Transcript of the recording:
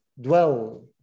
dwell